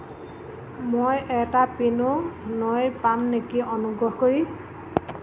মই এটা পিনো নইৰ পাম নেকি অনুগ্ৰহ কৰি